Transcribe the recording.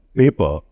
paper